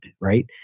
right